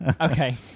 Okay